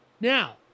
Now